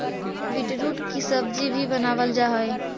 beetroot की सब्जी भी बनावाल जा हई